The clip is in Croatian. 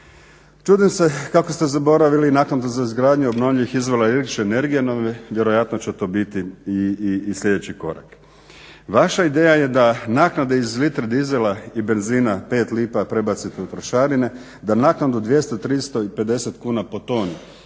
Čudim se kako ste zaboravili i naknadu za izgradnju obnovljivih izvora električne energije no vjerojatno će to biti i sljedeći korak. Vaša ideja je da naknade iz litre dizela i benzina 5 lipa prebacite u trošarine, da naknadu od 200, 300 i 50 kuna po tome